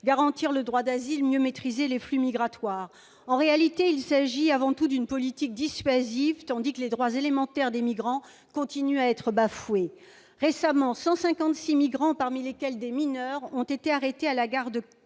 garantir le droit d'asile, mieux maîtriser les flux migratoires, en réalité, il s'agit avant tout d'une politique dissuasive, tandis que les droits élémentaires des migrants continuent à être bafoués récemment 156 migrants, parmi lesquels des mineurs ont été arrêtés à la gare de